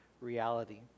reality